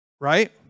Right